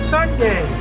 Sunday